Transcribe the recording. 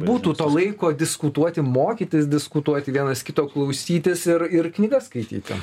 būtų to laiko diskutuoti mokytis diskutuoti vienas kito klausytis ir ir knygas skaityti